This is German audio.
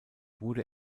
wurde